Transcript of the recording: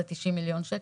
היא 90 מיליון שקל.